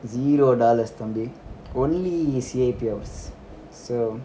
zero dollars தம்பி:thambi only C_I_P hours so